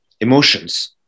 emotions